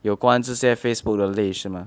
有关这些 Facebook 的类似 mah